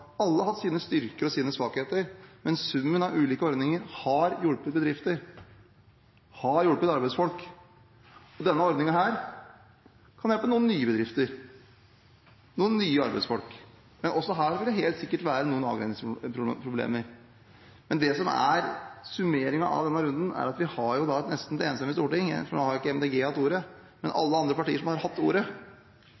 svakheter, men summen av ulike ordninger har hjulpet bedrifter, og det har hjulpet arbeidsfolk. Denne ordningen kan hjelpe noen nye bedrifter, noen nye arbeidsfolk, men også her vil det helt sikkert være noen avgrensningsproblemer. Men det som er oppsummeringen av denne runden, er at vi har et nesten enstemmig storting. Miljøpartiet De Grønne har ikke hatt ordet, men